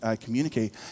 communicate